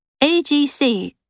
AGC